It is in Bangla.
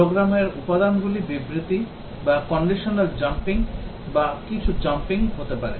প্রোগ্রামের উপাদানগুলি বিবৃতি বা conditional jumping বা কিছু jumping হতে পারে